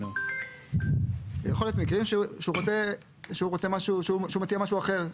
יכולים להיות מקרים שהוא מציע משהו אחר,